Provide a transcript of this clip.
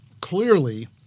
clearly